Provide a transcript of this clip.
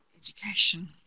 education